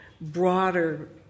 broader